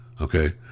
Okay